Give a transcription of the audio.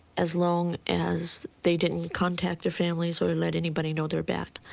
as long as they didn't contact their families or let anybody know they're back.